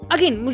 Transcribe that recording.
Again